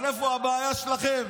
אבל איפה הבעיה שלכם?